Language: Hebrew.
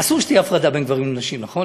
אסור שתהיה הפרדה בין גברים לנשים, נכון?